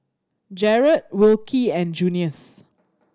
Jerrad Wilkie and Junious